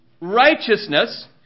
righteousness